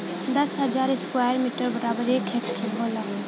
दस हजार square metre बराबर एक हेक्टेयर होला